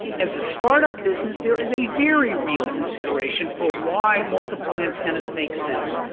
as a startup business, there is a very real consideration for why multiple antennas make sense.